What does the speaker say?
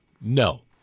No